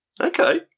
Okay